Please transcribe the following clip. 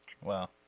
Wow